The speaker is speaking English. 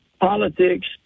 politics